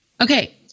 Okay